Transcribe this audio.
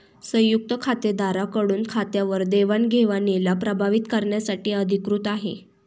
संयुक्त खातेदारा कडून खात्यावर देवाणघेवणीला प्रभावीत करण्यासाठी अधिकृत आहे